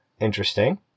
interesting